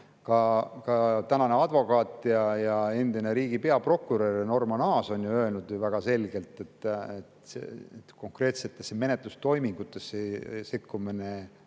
Ka tänane advokaat ja endine riigi peaprokurör Norman Aas on öelnud ju väga selgelt, et konkreetsetesse menetlustoimingutesse sekkumine